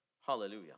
hallelujah